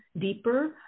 deeper